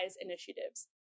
initiatives